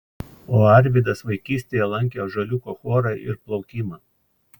o arvydas vaikystėje lankė ąžuoliuko chorą ir plaukimą